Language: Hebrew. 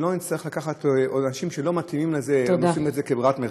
ולא נצטרך לקחת אנשים שלא מתאימים לזה או עושים את זה כברירת מחדל.